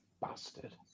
Bastard